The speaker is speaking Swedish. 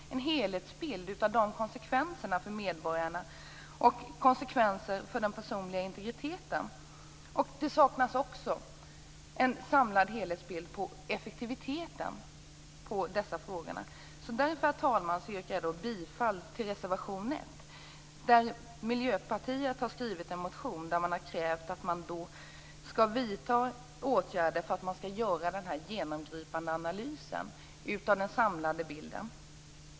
Det saknas en helhetsbild av vilka konsekvenserna blir för medborgarnas personliga integritet. Det saknas också en samlad helhetsbild av effektiviteten. Därför, herr talman, yrkar jag bifall till reservation 1. Miljöpartiet har skrivit en motion där man har krävt att åtgärder skall vidtas för att vi skall kunna göra en genomgripande analys och skaffa oss en samlad bild.